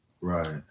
right